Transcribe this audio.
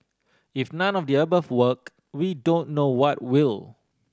if none of the above work we don't know what will